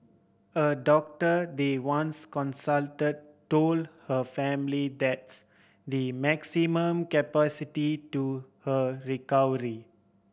a doctor they once consult told her family that's the maximum capacity to her recovery